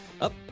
up